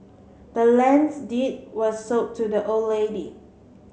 the land's deed was sold to the old lady